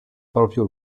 proprio